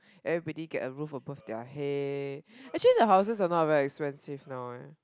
everybody get a roof above their head actually the houses are not very expensive now